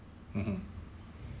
mmhmm